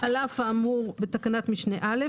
על אף האמור בתקנת משנה (א),